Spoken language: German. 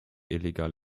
illegal